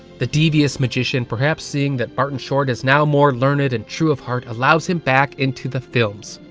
the devious magician, perhaps seeing that martin short is now more learned and true of heart, allows him back into the film.